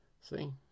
See